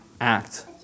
act